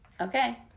Okay